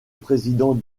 président